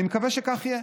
אני מקווה שכך יהיה,